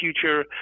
future